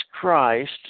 Christ